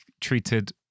treated